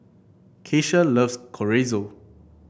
Keisha loves Chorizo